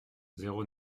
zéro